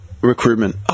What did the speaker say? recruitment